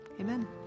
Amen